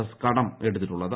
S കടം എടുത്തിട്ടുള്ളത്